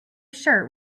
shirt